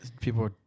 people